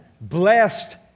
blessed